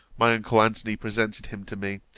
my uncle antony presented him to me,